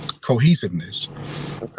Cohesiveness